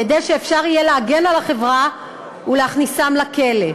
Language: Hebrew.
כדי שאפשר יהיה להגן על החברה ולהכניסם לכלא.